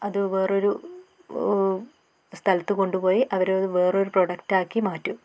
അത് വേറൊരു സ്ഥലത്ത് കൊണ്ടുപോയി അവരത് വേറൊരു പ്രൊഡക്റ്റ് ആക്കി മാറ്റും